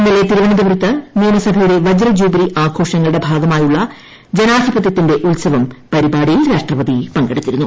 ഇന്നലെ തിരുവനന്തപുരത്ത് നിയമസഭയുടെ വജ്രജൂബിലി ആഘോഷങ്ങളുടെ ഭാഗമായുള്ള ജനാധിപതൃത്തിന്റെ ഉൽസവം പരിപാടിയിൽ രാഷ്ട്രപതി പങ്കെടുത്തിരുന്നു